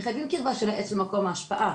מחייבים קירבה של העץ למקום ההשפעה.